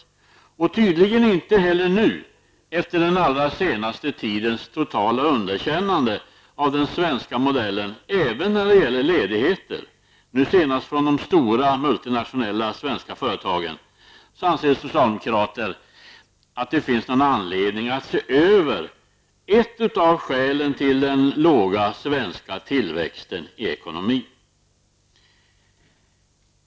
Socialdemokraterna anser tydligen inte ens att det nu, efter den allra senaste tidens totala underkännande av den svenska modellen även när det gäller ledigheter -- nu senast också från de stora multinationella företagen -- finns någon anledning att se över ett av skälen till den låga svenska tillväxten i ekonomin.